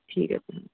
ঠিক আছে